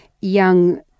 young